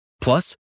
Plus